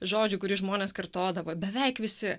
žodžių kurį žmonės kartodavo beveik visi